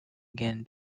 again